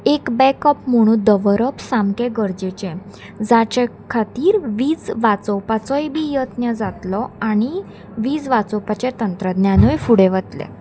एक बॅकप म्हूण दवरप सामकें गरजेचें जाचे खातीर वीज वाचोवपाचोय बी यत्न जातलो आनी वीज वाचोवपाचे तंत्रज्ञानूय फुडें वतले